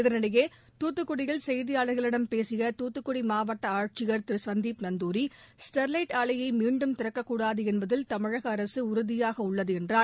இதனிடையே தூத்துக்குடியில் செய்தியாளர்களிடம் பேசிய தூத்துக்குடி மாவட்ட ஆட்சியர் திரு சந்திப் நந்தூரி ஸ்டெர்லைட் ஆலையை மீண்டும் திறக்கக்கூடாது என்பதில் தமிழக அரசு உறுதியாக உள்ளது என்றார்